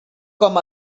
com